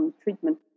treatment